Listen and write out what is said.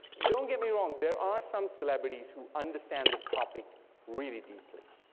don't get me wrong, there are some celebrities who understand this topic really deeply,